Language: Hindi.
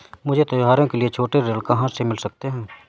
मुझे त्योहारों के लिए छोटे ऋण कहाँ से मिल सकते हैं?